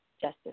justice